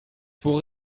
faut